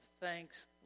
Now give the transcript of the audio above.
thanks